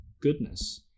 goodness